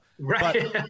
right